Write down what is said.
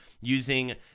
using